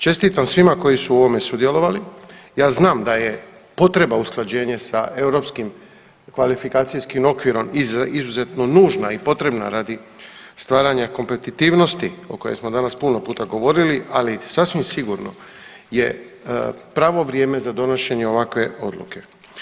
Čestitam svima koji su u ovome sudjelovali, ja znam da je potreba usklađenje sa Europskim kvalifikacijskim okvirom izuzetno nužna i potrebna radi stvaranja kompetitivnosti o kojoj smo danas puno puta govorili ali sasvim sigurno je pravo vrijeme za donošenje ovakve odluke.